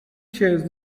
chose